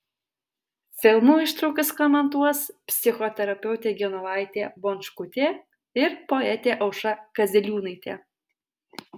filmų ištraukas komentuos psichoterapeutė genovaitė bončkutė ir poetė aušra kaziliūnaitė